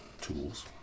tools